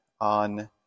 on